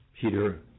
Peter